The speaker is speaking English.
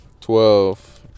Twelve